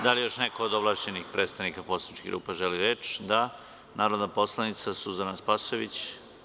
Da li još neko od ovlašćenih predstavnika poslaničkih grupa želi reč? (Da.) Reč ima narodna poslanica Suzana Spasojević.